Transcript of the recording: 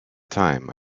time